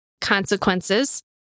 Consequences